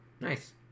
Nice